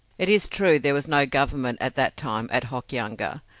it is true there was no government at that time at hokianga,